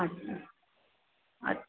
আচ্ছা আচ্ছা